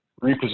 reposition